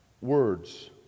words